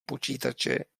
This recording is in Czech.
počítače